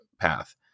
path